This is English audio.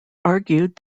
argued